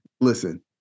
Listen